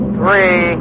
three